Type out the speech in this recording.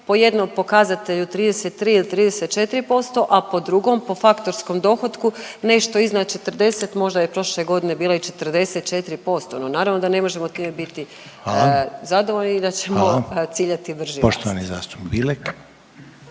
po jednom pokazatelju 33 ili 34%, a po drugom, po faktorskom dohotku, nešto iznad 40, možda je prošle godine bila i 44%, no, naravno da ne možemo time biti … .../Upadica: Hvala./... zadovoljni i da ćemo